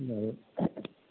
आओर